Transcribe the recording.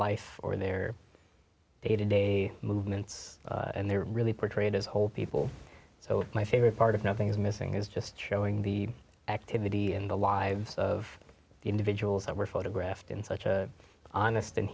life or their day to day movements and they're really portrayed as whole people so my favorite part of nothing is missing is just showing the activity in the lives of the individuals that were photographed in such a honest